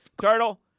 Turtle